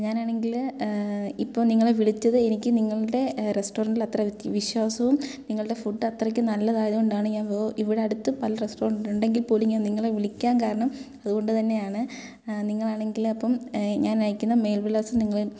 ഞാനാണെങ്കിൽ ഇപ്പോൾ നിങ്ങളെ വിളിച്ചത് എനിക്ക് നിങ്ങളുടെ റെസ്റ്റോറൻറ്റിൽ അത്ര വിക് വിശ്വാസവും നിങ്ങളുടെ ഫുഡ് അത്രയ്ക്ക് നല്ലത് ആയത് കൊണ്ടാണ് ഞാൻ വേറെ ഇവിടെ അടുത്ത് പല റെസ്റ്റോറൻറ്റ് ഉണ്ടെങ്കിൽ പോലും ഞാൻ നിങ്ങളെ വിളിക്കാൻ കാരണം അതുകൊണ്ട് തന്നെയാണ് നിങ്ങളാണെങ്കിൽ അപ്പം ഞാൻ അയക്കുന്ന മേൽവിലാസം നിങ്ങൾ